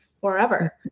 Forever